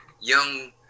young